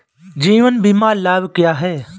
जीवन बीमा लाभ क्या हैं?